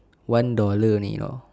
one dollar only you know